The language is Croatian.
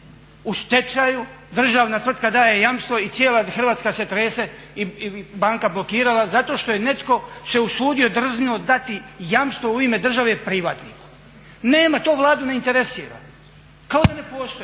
u stečaju, državna tvrtka daje jamstvo i cijela Hrvatska se trese i banka blokirala zato što se netko usudio, drznuo dati jamstvo u ime države privatni. Nema, to Vladu ne interesira, kao da ne postoji.